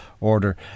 order